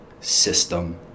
system